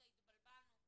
התבלבלנו,